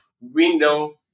window